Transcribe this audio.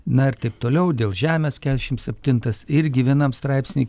na ir taip toliau dėl žemės kedešim septintas irgi vienam straipsny